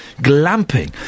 Glamping